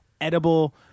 edible